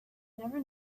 never